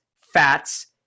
fats